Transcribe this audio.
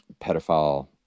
pedophile